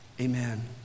amen